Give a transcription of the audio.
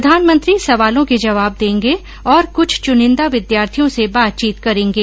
प्रधानमंत्री सवालों के जवाब देंगे और कुछ चुनिंदा विद्यार्थियों से बातचीत करेंगे